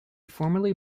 formerly